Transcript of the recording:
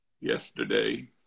yesterday